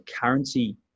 currency